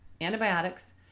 antibiotics